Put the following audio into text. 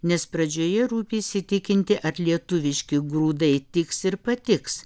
nes pradžioje rūpi įsitikinti ar lietuviški grūdai tiks ir patiks